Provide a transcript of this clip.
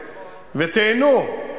ותיהנו,